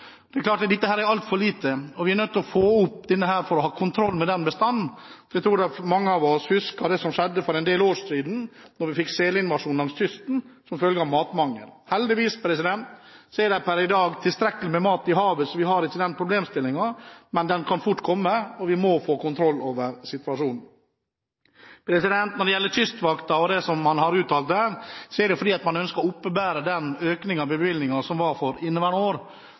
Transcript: er det klart at det er altfor lite, og vi er nødt til å få opp det for å ha kontroll med bestanden. Jeg tror mange av oss husker det som skjedde for en del år siden, da vi fikk selinvasjon langs kysten som følge av matmangel. Heldigvis er det per i dag tilstrekkelig med mat i havet, så vi har ikke den problemstillingen, men den kan fort komme, og vi må få kontroll over situasjonen. Når det gjelder Kystvakten og det som man har uttalt der, er det fordi man ønsker å oppebære den økningen av bevilgningen som var for inneværende år.